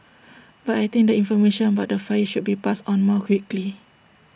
but I think the information about the fire should be passed on more quickly